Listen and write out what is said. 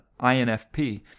INFP